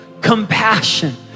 compassion